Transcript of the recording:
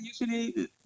usually